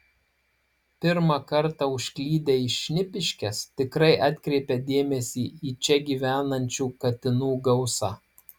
pirmą kartą užklydę į šnipiškes tikrai atkreipia dėmesį į čia gyvenančių katinų gausą